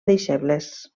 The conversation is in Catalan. deixebles